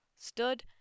stood